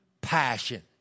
Passion